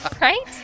right